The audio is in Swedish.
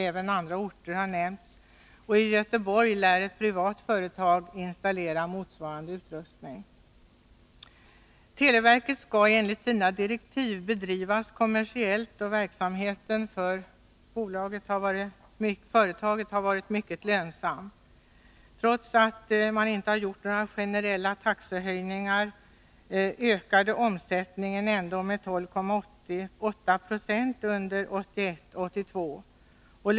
Även andra orter har nämnts. I Göteborg lär ett privat företag installera motsvarande utrustning. Televerket skall enligt sina direktiv bedrivas kommersiellt, och verksamheten har varit mycket lönsam för företaget. Trots att inga generella taxehöjningar gjorts, ökade omsättningen ändå med 12,8 96 under 1981/82.